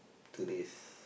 two days